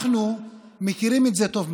אנחנו מכירים את זה טוב מאוד,